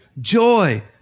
joy